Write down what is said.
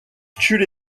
tuent